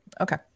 Okay